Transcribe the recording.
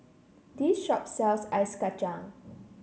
this shop sells Ice Kacang